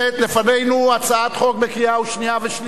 לפנינו הצעת חוק לקריאה שנייה ושלישית,